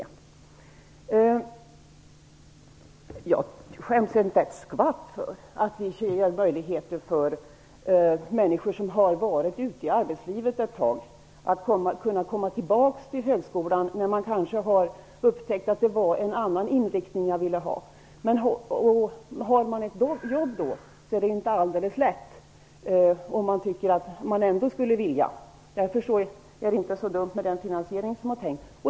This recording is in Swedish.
Jag skäms inte ett skvatt för att vi vill ge möjligheter för människor som har varit ute i arbetslivet ett tag att kunna komma tillbaka till högskolan om de upptäcker att de kanske ville ha en annan inriktning. Men har man då ett jobb är detta inte alldeles lätt att genomföra. Därför är det inte så dumt med den finansiering som är tänkt.